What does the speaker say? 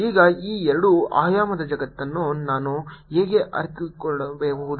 ಈಗ ಈ ಎರಡು ಆಯಾಮದ ಜಗತ್ತನ್ನು ನಾನು ಹೇಗೆ ಅರಿತುಕೊಳ್ಳಬಹುದು